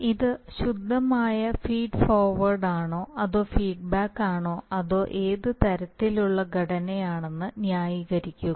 ഇത് ശുദ്ധമായ ഫീഡ് ഫോർവേർഡാണോ അതോ ഫീഡ്ബാക്കാണോ അതോ ഏത് തരത്തിലുള്ള ഘടനയാണെന്ന് ന്യായീകരിക്കുക